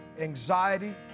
anxiety